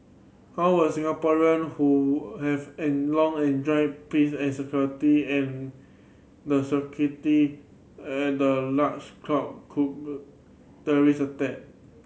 how will Singaporean who have an long enjoyed peace and security and the security at the large cope cube terrorist attack